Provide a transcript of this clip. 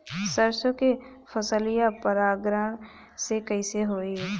सरसो के फसलिया परागण से कईसे होई?